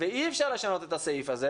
וב-50% אתה לא יודע.